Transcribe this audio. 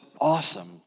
awesome